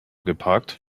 geparkt